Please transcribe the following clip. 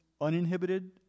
uninhibited